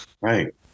Right